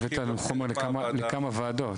הבאת לנו חומר לכמה וועדות.